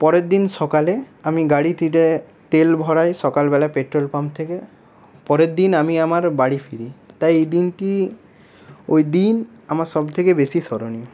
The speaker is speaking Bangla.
পরের দিন সকালে আমি গাড়িটিতে তেল ভরাই সকালবেলা পেট্রোল পাম্প থেকে পরের দিন আমি আমার বাড়ি ফিরি তাই এই দিনটি ওই দিন আমার সব থেকে বেশি স্মরণীয়